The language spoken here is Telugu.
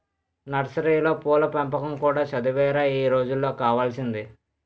నర్సరీలో పూల పెంపకం కూడా చదువేరా ఈ రోజుల్లో కావాల్సింది